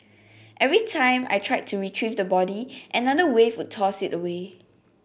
every time I tried to retrieve the body another wave would toss it away